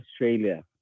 Australia